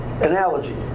analogy